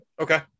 Okay